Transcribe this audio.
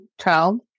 child